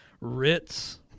Ritz